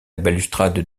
balustrade